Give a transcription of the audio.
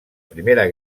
primera